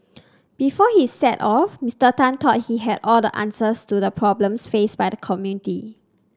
before he set off Mister Tan thought he had all the answers to the problems faced by the community